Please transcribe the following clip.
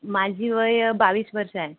माझी वय बावीस वर्ष आहे